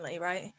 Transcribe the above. right